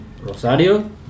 Rosario